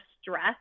stress